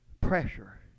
Pressure